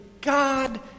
God